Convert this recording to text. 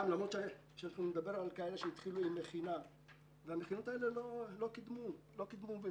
למרות שנדבר על כאלה שהתחילו מכינות והמכינות האלה לא קידמו אותם,